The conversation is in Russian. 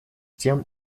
тем